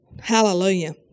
hallelujah